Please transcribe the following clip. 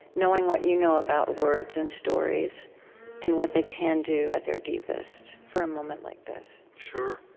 knowing what you know about words and stories and what they can do, at their deepest, for a moment like this sure.